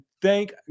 Thank